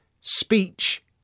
Speech